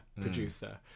producer